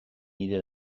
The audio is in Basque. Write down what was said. nire